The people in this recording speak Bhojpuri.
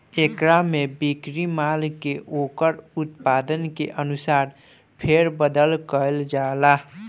एकरा में बिक्री माल के ओकर उत्पादन के अनुसार फेर बदल कईल जाला